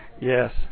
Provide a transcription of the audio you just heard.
Yes